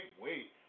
wait